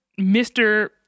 Mr